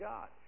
God